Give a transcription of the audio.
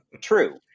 true